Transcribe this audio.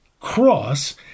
cross